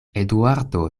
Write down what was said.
eduardo